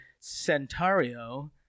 Centario